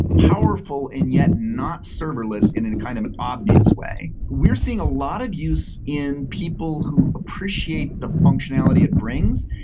powerful and yet not serverless in a kind of an obvious way, we are seeing a lot of use in people who appreciate the functionality it brings,